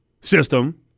system